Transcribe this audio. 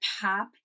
pop